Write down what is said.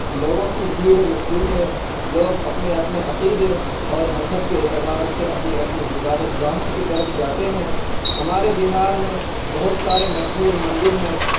لوگوں کی بھیڑ لگتی ہے لوگ اپنے اپنے عقیدے اور مذہب کے اعتبار سے اپنی اپنی عبادت گاہوں کی طرف جاتے ہیں ہمارے بہار میں بہت سارے مشہور مندر ہیں